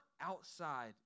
outside